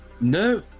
No